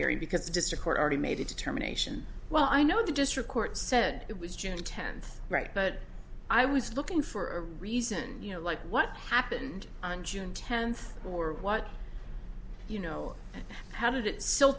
hearing because the district court already made a determination well i know the district court said it was june tenth right but i was looking for a reason you know like what happened on june tenth or what you know how did it s